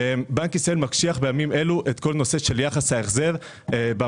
בנק ישראל מקשיח בימים אלה את כל הנושא של יחס ההחזר במשכנתאות,